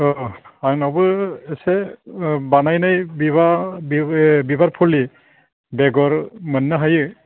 अह आंनावबो एसे बानायनाय बे बिबार फुलि बेगर मोननो हायो